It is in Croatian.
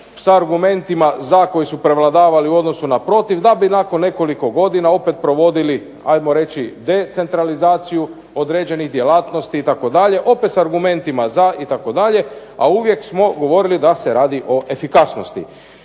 s argumentima za koji su prevladali u odnosu na protiv, da bi nakon nekoliko godina opet provodili ajmo reći decentralizaciju određenih djelatnosti itd., opet s argumentima za itd., a uvijek smo govorili da se radi o efikasnosti.